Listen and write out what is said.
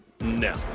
No